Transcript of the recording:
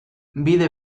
bide